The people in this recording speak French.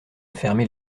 fermer